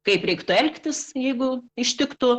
kaip reiktų elgtis jeigu ištiktų